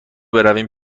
برویم